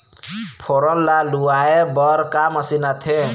फोरन ला लुआय बर का मशीन आथे?